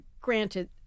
granted